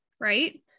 right